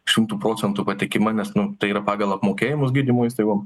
šimtu procentų patikima nes nu tai yra pagal apmokėjimus gydymo įstaigom